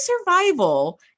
survival